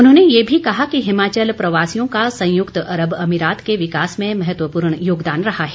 उन्होंने ये भी कहा कि हिमाचल प्रवासियों का संयुक्त अरब अमीरात के विकास में महत्वपूर्ण योगदान रहा है